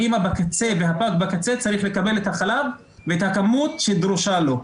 האימא והפג בקצה צריכים לקבל את החלב ואת הכמות שדרושה לו,